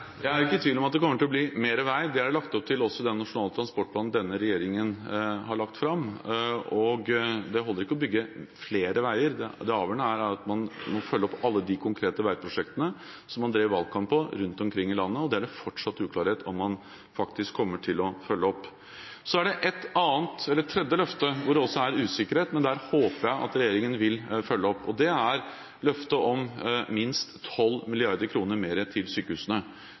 Jeg er ikke tvil om at det kommer til å bli mer vei. Det er det også lagt opp til i den nasjonale transportplanen denne regjeringen har lagt fram. Men det holder ikke å bygge flere veier. Det avgjørende er at man må følge opp alle de konkrete veiprosjektene som man drev valgkamp på rundt omkring i landet, og det er det fortsatt uklart om man faktisk kommer til å følge opp. Så er det et tredje løfte hvor det også er usikkerhet, men der jeg håper at regjeringen vil følge opp. Det er løftet om minst 12 mrd. kr mer til sykehusene.